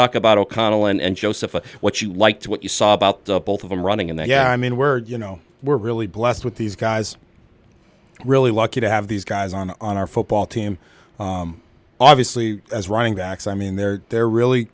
talk about o'connell and joseph and what you liked what you saw about the both of them running in there yeah i mean we're you know we're really blessed with these guys really lucky to have these guys on on our football team obviously as running backs i mean they're they're really